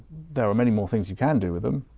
there are many more things you can do with them.